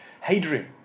Hadrian